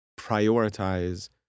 prioritize